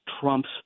Trump's